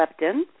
leptin